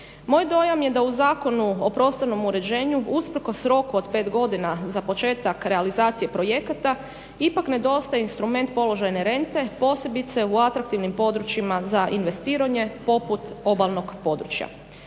Moj dojam je da u Zakonu o prostornom uređenju usprkos roka od pet godina za početak realizacije projekata ipak nedostaje instrument položajne rente posebice u atraktivnim područjima za investiranje poput obalnog područja.